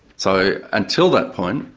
so until that point,